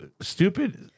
Stupid